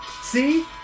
See